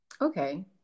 Okay